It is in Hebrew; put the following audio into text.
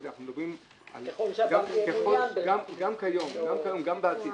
מדברים גם כיום וגם הלוואות בעתיד,